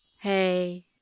Hey